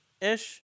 ish